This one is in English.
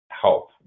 help